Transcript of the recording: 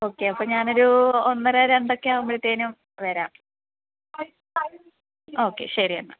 okay അപ്പോൾ ഞാൻ ഒരു ഒന്നര രണ്ടൊക്കെ ആകുമ്പോഴത്തേനും വരാം ഓക്കെ ശരി എന്നാൽ